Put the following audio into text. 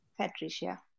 Patricia